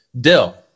Dill